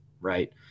Right